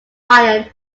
iron